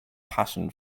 passion